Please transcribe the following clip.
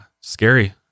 Scary